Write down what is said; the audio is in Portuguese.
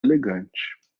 elegante